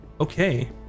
Okay